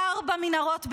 קר במנהרות בעזה.